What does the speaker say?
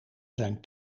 zijn